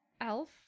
Elf